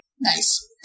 Nice